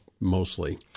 mostly